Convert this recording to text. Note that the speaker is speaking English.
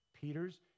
Peter's